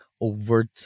overt